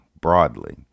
broadly